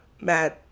mad